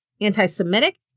anti-Semitic